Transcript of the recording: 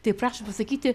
tai prašom pasakyti